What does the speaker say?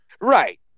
Right